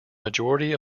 majority